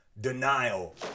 Denial